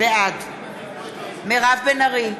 בעד מירב בן ארי,